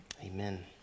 Amen